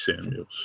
Samuels